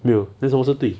没有那什么是对